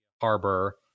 Harbor